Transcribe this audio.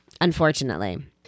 Unfortunately